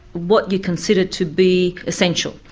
what you consider to be essential.